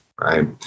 right